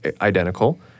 identical